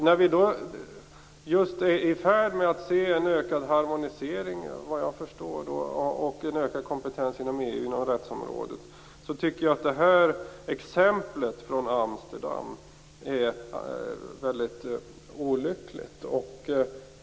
När vi är i färd med att se en ökad harmonisering och en ökad kompetens inom EU på rättsområdet, tycker jag att exemplet från Amsterdam är väldigt olyckligt.